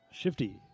Shifty